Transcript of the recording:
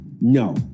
No